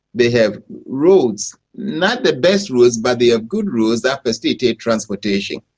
they have roads, not the best roads but they have good roads that facilitate transportation.